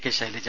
K Shailaja